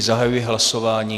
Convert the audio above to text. Zahajuji hlasování.